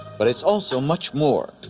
but it's also much more.